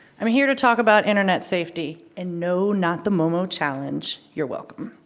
i'm here to talk about internet safety, and no, not the momo challenge. you're welcome.